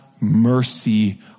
mercy